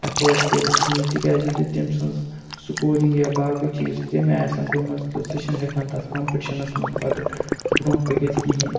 afford کٔرِتھ کِہیٖنۍ تِکیٛازِ یُتھُے تٔمۍ سٕنٛز سکوٗلِنٛگ یا باقٕے چیٖز تَمہِ آے آسان گٔمٕژ تہٕ سُہ چھِنہٕ ہٮ۪کان تَتھ کَمپِٹِشَنَس منٛز پَتہٕ برونٛہہ پٔکِتھ کِہیٖنۍ